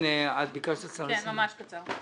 הצעה לסדר.